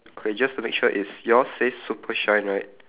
okay just to make sure is yours say super shine right